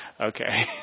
Okay